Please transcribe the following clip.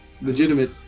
Legitimate